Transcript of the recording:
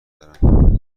دارم